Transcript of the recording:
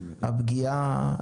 הפגיעה,